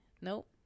nope